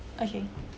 okay